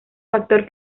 factor